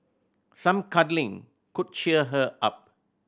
some cuddling could cheer her up